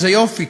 איזה יופי,